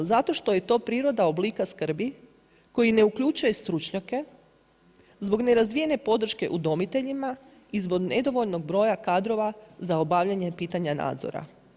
Zato što je to priroda oblika skrbi koji ne uključuje stručnjake, zbog nerazvijene podrške udomiteljima i zbog nedovoljnog broja kadrova za obavljanje pitanje nadzora.